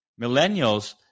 Millennials